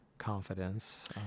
confidence